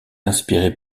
inspiré